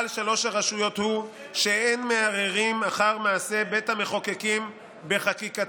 בעל שלוש הרשויות הוא שאין מערערים אחר מעשה בית המחוקקים בחקיקתו".